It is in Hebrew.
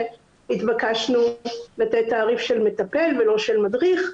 שהתבקשנו לתת תעריף של מטפל ולא של מדריך,